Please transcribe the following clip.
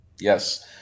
Yes